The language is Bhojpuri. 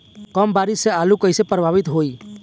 कम बारिस से आलू कइसे प्रभावित होयी?